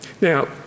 Now